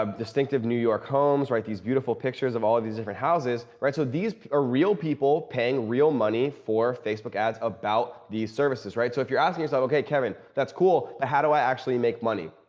um distinctive new york homes, right? these beautiful pictures of all of these different houses, right? so, these are real people paying real money for facebook ads about these services, right? so, if you're asking yourself, okay, kevin. that's cool. ah how do i actually make money?